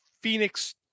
Phoenix